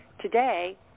Today